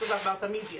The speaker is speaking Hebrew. חתול ועכבר תמיד יהיה,